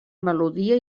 melodia